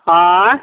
आँय